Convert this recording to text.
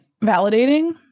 validating